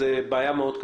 8 הצביעו בעד.